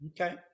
Okay